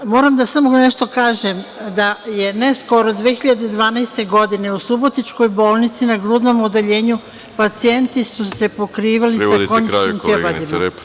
Moram samo nešto da kažem, da je ne skoro, 2012. godine u subotičkoj bolnici na grudnom odeljenju, pacijenti su se pokrivali sa konjskim ćebadima.